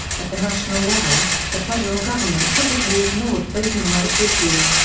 at the national level, the federal government typically ignored voting rights issues,